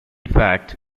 fact